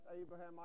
Abraham